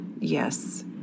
yes